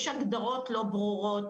יש הגדרות לא ברורות,